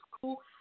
cool